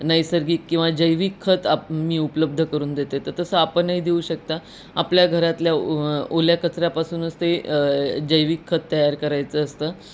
नैसर्गिक किंवा जैविक खत आप मी उपलब्ध करून देते तर तसं आपणही देऊ शकता आपल्या घरातल्या ओ ओल्या कचऱ्यापासूनच ते जैविक खत तयार करायचं असतं